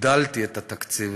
הגדלתי את התקציב.